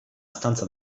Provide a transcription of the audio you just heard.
stanza